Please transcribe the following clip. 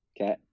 Okay